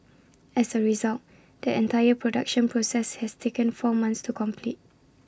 as A result the entire production process has taken four months to complete